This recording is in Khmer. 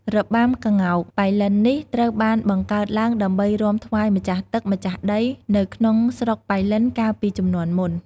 របាំក្ងោកប៉ៃលិននេះ ត្រូវបានបង្កើតឡើងដើម្បីរាំថ្វាយម្ចាស់ទឹក ម្ចាស់ដី នៅក្នុងស្រុកប៉ៃលិនកាលពីជំនាន់មុន។